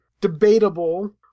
debatable –